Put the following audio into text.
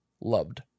Loved